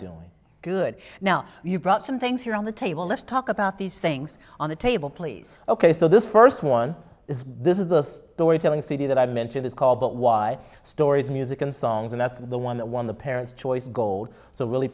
doing good now you've brought some things here on the table let's talk about these things on the table please ok so this first one is this is the storytelling cd that i mentioned it's called but why stories music and songs and that's the one that won the parents choice gold so really